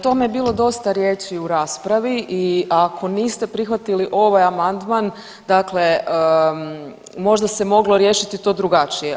Tome je bilo dosta riječi u raspravi i ako niste prihvatili ovaj amandman, dakle možda se moglo riješiti to drugačije.